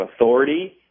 authority